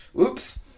Oops